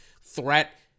threat